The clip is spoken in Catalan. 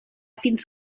fins